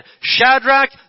Shadrach